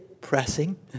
pressing